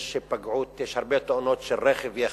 יש היפגעות, יש הרבה תאונות של רכב יחיד,